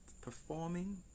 performing